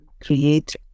create